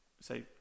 say